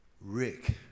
Rick